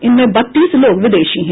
इनमें बत्तीस लोग विदेशी हैं